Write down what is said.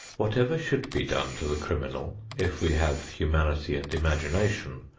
whatever should be done to the criminal, if we have humanity and imagination,